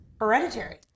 hereditary